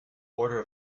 order